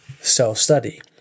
self-study